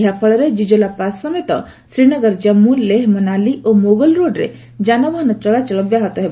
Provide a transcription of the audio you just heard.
ଏହାଫଳରେ ଜିକୋଲା ପାସ୍ ସମେତ ଶ୍ରୀନଗର ଜମ୍ମ ଲେହ ମନାଲି ଓ ମୋଗଲ୍ ରୋଡ୍ରେ ଯାନବାହନ ଚଳାଚଳ ବ୍ୟାହତ ହେବ